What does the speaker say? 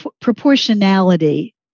proportionality